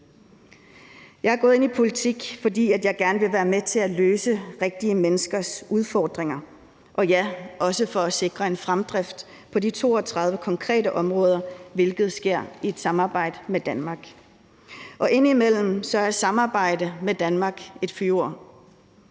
Jeg er gået ind i politik, fordi jeg gerne vil være med til at løse rigtige menneskers udfordringer, og ja, det er også for at sikre en fremdrift på de 32 konkrete områder, hvilket sker i et samarbejde med Danmark. Indimellem er samarbejde med Danmark et fyord.